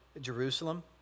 Jerusalem